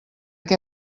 què